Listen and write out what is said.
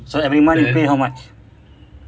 so every month you pay how much